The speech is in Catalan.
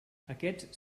aquests